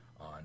on